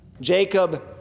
Jacob